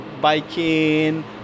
biking